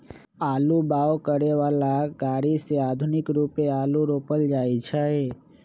आलू बाओ करय बला ग़रि से आधुनिक रुपे आलू रोपल जाइ छै